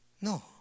No